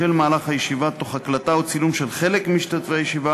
מהלך הישיבה תוך הקלטה או צילום של חלק ממשתתפי הישיבה